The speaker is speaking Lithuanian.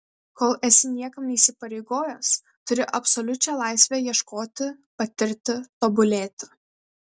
kol esi niekam neįsipareigojęs turi absoliučią laisvę ieškoti patirti tobulėti